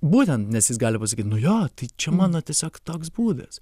būtent nes jis gali pasakyt nu jo tai čia mano tiesiog toks būdas